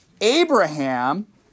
Abraham